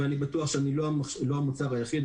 ואני בטוח שאני לא המוצר היחיד.